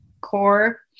core